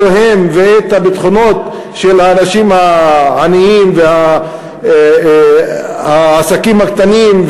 ואת הביטחונות של האנשים העניים והעסקים הקטנים,